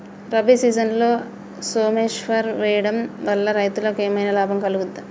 రబీ సీజన్లో సోమేశ్వర్ వేయడం వల్ల రైతులకు ఏమైనా లాభం కలుగుద్ద?